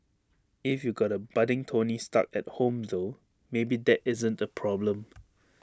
if you got A budding tony stark at home though maybe that isn't A problem